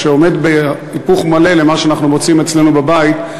ושעומד בהיפוך מלא למה שאנחנו מוצאים אצלנו בבית,